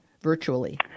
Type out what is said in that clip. virtually